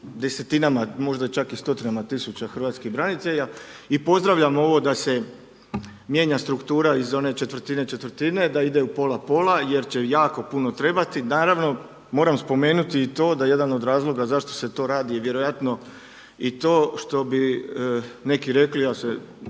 desetinama, možda čak i stotinama tisuća hrvatskih branitelja i pozdravljam ovo da se mijenja struktura iz one četvrtine-četvrtine, da ide pola-pola jer će jako puno trebati. Naravno, moram spomenuti i to da jedan od razloga zašto se to radi je vjerojatno i to što bi neki rekli, ja se